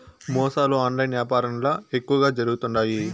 మోసాలు ఆన్లైన్ యాపారంల ఎక్కువగా జరుగుతుండాయి